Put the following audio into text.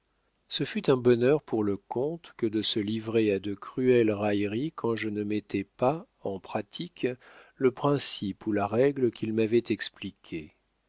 ce fut un bonheur pour le comte que de se livrer à de cruelles railleries quand je ne mettais pas en pratique le principe ou la règle qu'il m'avait expliqué